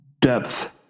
depth